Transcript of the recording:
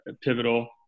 pivotal